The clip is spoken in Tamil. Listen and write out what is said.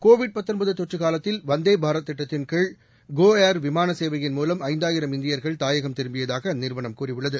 கோவிட் தொற்று காலத்தில் வந்தே பாரத் திட்டத்தின் கீழ் கோ ஏர் விமாள சேவையின் மூலம் ஐந்தாயிரம் இந்தியர்கள் தாயகம் திரும்பியதாக அந்நிறுவனம் கூறியுள்ளது